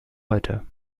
heute